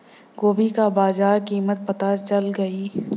गोभी का बाजार कीमत पता चल जाई?